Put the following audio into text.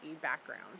background